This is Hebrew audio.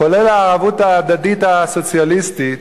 כולל הערבות ההדדית הסוציאליסטית,